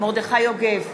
מרדכי יוגב,